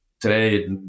today